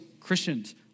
Christians